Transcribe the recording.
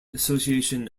association